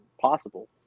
possible